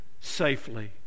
safely